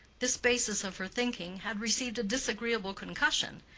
this basis of her thinking had received a disagreeable concussion,